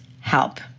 help